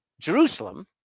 Jerusalem